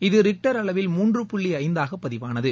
இது ரிக்டர் அளவில் மூன்று புள்ளி ஐந்தாக பதிவானது